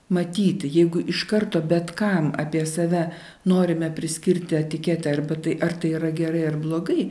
matyti jeigu iš karto bet kam apie save norime priskirti etiketę arba tai ar tai yra gerai ar blogai